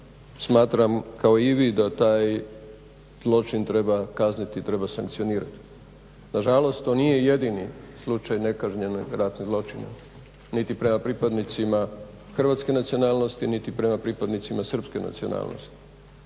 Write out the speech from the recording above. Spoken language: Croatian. smatram kao i vi da taj zločin treba kazniti i treba sankcionirati. Na žalost on nije jedini slučaj nekažnjena ratnih zločina, niti prema pripadnicima hrvatske nacionalnosti, niti prema pripadnicima srpske nacionalnosti.